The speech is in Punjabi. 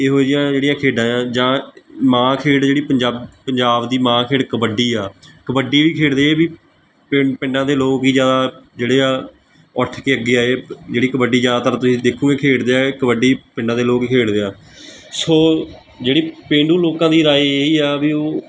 ਇਹੋ ਜਿਹੀਆਂ ਜਿਹੜੀਆਂ ਖੇਡਾਂ ਆ ਜਾਂ ਮਾਂ ਖੇਡ ਜਿਹੜੀ ਪੰਜਾ ਪੰਜਾਬ ਦੀ ਮਾਂ ਖੇਡ ਕਬੱਡੀ ਆ ਕਬੱਡੀ ਵੀ ਖੇਡਦੇ ਆ ਇਹ ਵੀ ਪਿੰਡ ਪਿੰਡਾਂ ਦੇ ਲੋਕ ਹੀ ਜ਼ਿਆਦਾ ਜਿਹੜੇ ਆ ਉੱਠ ਕੇ ਅੱਗੇ ਆਏ ਜਿਹੜੀ ਕਬੱਡੀ ਜ਼ਿਆਦਾਤਰ ਤੁਸੀਂ ਦੇਖੋਗੇ ਖੇਡਦੇ ਆ ਕਬੱਡੀ ਪਿੰਡਾਂ ਦੇ ਲੋਕ ਹੀ ਖੇਡਦੇ ਆ ਸੋ ਜਿਹੜੀ ਪੇਂਡੂ ਲੋਕਾਂ ਦੀ ਰਾਏ ਇਹੀ ਆ ਵੀ ਉਹ